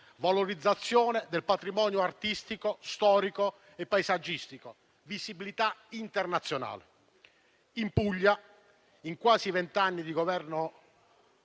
valorizzazione del patrimonio artistico, storico e paesaggistico, visibilità internazionale. In Puglia, in quasi vent'anni di Governi